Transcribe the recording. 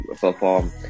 perform